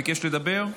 ביקש לדבר.